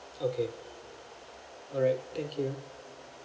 okay all right thank you